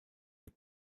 have